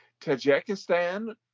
Tajikistan